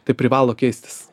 tai privalo keistis